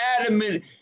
adamant